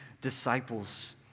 disciples